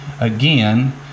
Again